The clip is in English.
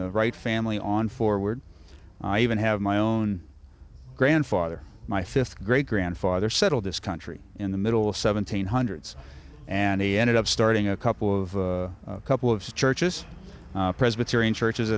the right family on forward i even have my own grandfather my fifth great grandfather settled this country in the middle of seventeen hundreds and he ended up starting a couple of couple of churches presbyterian church